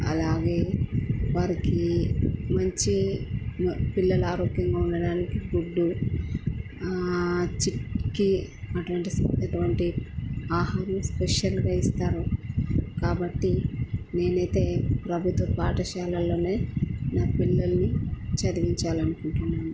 అలాగే వారికి మంచి పిల్లల ఆరోగ్యంగా ఉండడానికి ఫుడ్డు చిట్కి అటువంటి ఎటువంటి ఆహారం స్పెషల్గా ఇస్తారు కాబట్టి నేనైతే ప్రభుత్వ పాఠశాలల్లోనే నా పిల్లల్ని చదివించాలి అనుకుంటున్నాను